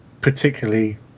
particularly